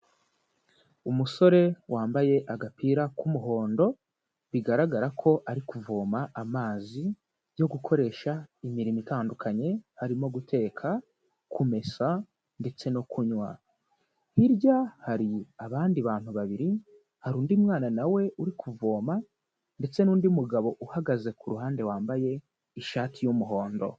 Umusore wambaye agapira k'umuhondo, bigaragara ko ari kuvoma amazi yo gukoresha imirimo itandukanye, harimo guteka kumesa ndetse no kunywa, hirya hari abandi bantu babiri, hari undi mwana na we uri kuvoma ndetse n'undi mugabo uhagaze ku ruhande wambaye ishati y'umuhondo.